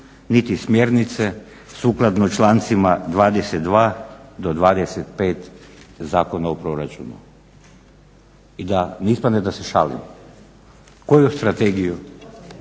niti smjernice, sukladno člancima 22. do 25. Zakona o proračuna. I da ne ispadne da se šalim, koju strategiju